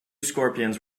scorpions